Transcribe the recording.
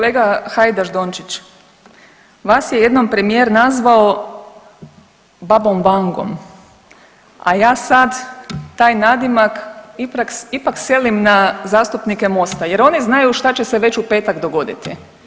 Kolega Hajdaš Dončić, vas je jednom premijer nazvao babom Vangom, a ja sad taj nadimak ipak selim na zastupnike MOST-a jer oni znaju šta će se već u petak dogoditi.